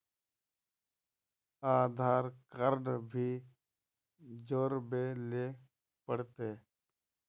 आधार card भी जोरबे ले पड़ते?